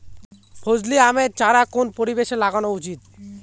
ফজলি আমের চারা কোন পরিবেশে লাগানো উচিৎ?